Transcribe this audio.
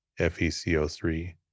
FeCO3